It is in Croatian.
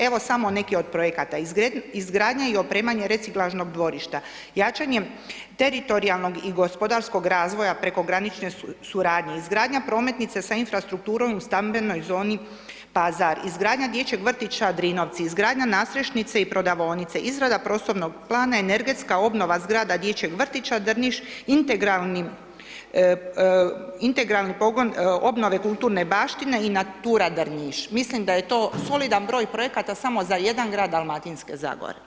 Evo samo neki od projekata, izgradnja i opremanje reciklažnog dvorišta, jačanje teritorijalnog i gospodarskog razvoja prekogranične suradnje, izgradnja prometnice sa infrastrukturom u stambenoj zoni Pazar, izgradnja dječjeg vrtića Drinovci, izgradnja nadstrešnice i prodavaonice, izrada prostornog plana i energetska obnova zgrada dječjeg vrtića Drniš, integralni pogon obnove kulturne baštine i Natura Drniš, mislim da je to solidan broj projekata samo za jedan grad Dalmatinske zagore.